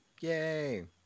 Yay